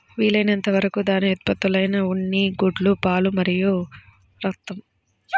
వీలైనంత వరకు దాని ఉత్పత్తులైన ఉన్ని, గుడ్లు, పాలు మరియు రక్తం